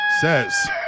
Says